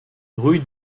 rue